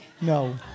No